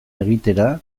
egitera